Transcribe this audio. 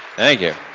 thank you.